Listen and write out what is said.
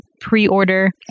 pre-order